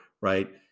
right